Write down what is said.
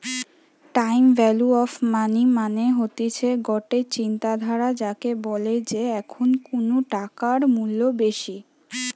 time value of money মানে হতিছে গটে চিন্তাধারা যাকে বলে যে এখন কুনু টাকার মূল্য বেশি